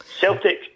Celtic